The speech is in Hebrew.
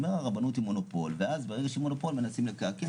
הוא אומר הרבנות היא מונופול, ואז מנסים לקעקע.